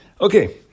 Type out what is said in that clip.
Okay